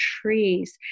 trees